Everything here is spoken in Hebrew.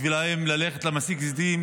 בשבילם ללכת למסיק זיתים,